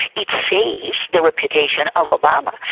it saves the reputation of obama,